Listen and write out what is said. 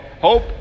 Hope